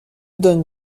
donne